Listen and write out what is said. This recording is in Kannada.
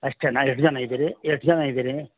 ಅಷ್ಟೇಯಾ ಎಷ್ಟು ಜನ ಇದ್ದೀರಿ ಎಷ್ಟು ಜನ ಇದ್ದೀರಿ